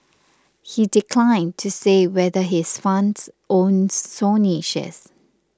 he declined to say whether his funds owns Sony shares